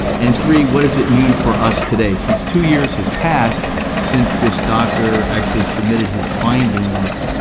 and three, what does it mean for us today, since two years has passed since this doctor actually submitted his findings,